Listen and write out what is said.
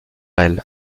elle